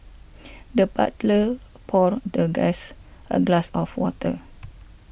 the butler poured the guest a glass of water